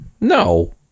No